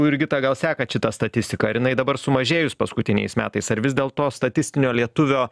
jurgita gal sekat šitą statistiką ir jinai dabar sumažėjus paskutiniais metais ar vis dėl to statistinio lietuvio